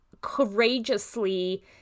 courageously